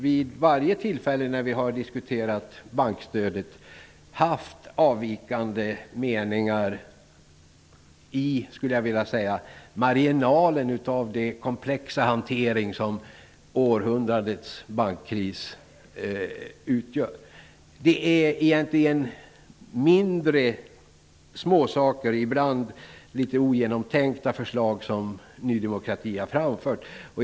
Vid varje tillfälle när vi har diskuterat bankstödet har Ny demokrati haft avvikande meningar i marginalen av det komplexa problem som århundradets bankkris utgör. Ny demokrati kommer med förslag när det gäller småsaker. Dessa förslag är ibland inte så väl genomtänkta.